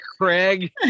Craig